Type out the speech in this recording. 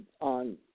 on